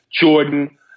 Jordan